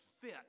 fit